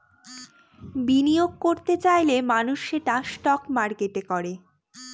বিনিয়োগ করত চাইলে মানুষ সেটা স্টক মার্কেটে করে